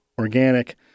organic